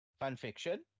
Fanfiction